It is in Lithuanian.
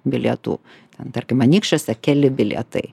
bilietų ten tarkim anykščiuose keli bilietai